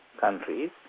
countries